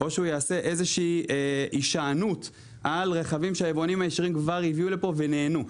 תיעשה איזושהי הישענות על רכבים שהיבואנים הישירים כבר הביאו לפה ונהנו.